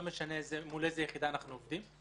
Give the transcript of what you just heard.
לא משנה מול איזה יחידה אנחנו עובדים.